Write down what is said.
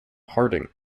harding